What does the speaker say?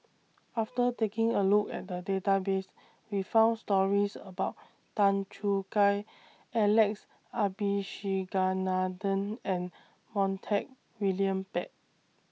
after taking A Look At The Database We found stories about Tan Choo Kai Alex Abisheganaden and Montague William Pett